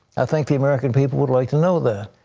i think the american people would like to know that.